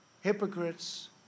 hypocrites